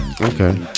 Okay